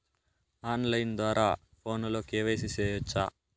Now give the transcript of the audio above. on line ద్వారా ఫోనులో KYC సేయొచ్చా